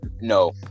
no